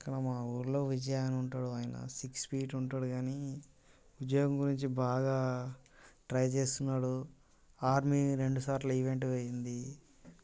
ఇంకా మా ఊళ్ళో విజయ అని ఉంటాడు ఆయన సిక్స్ ఫీట్ ఉంటాడు కానీ ఉద్యోగం గురించి బాగా ట్రై చేస్తున్నాడు ఆర్మీ రెండుసార్లు ఈవెంట్ పోయింది